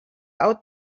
out